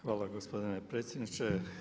Hvala gospodine predsjedniče.